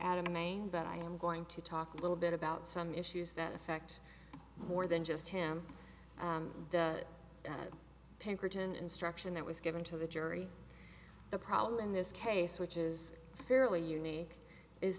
the main but i am going to talk a little bit about some issues that affect more than just him pinkerton instruction that was given to the jury the problem in this case which is fairly unique is